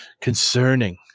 concerning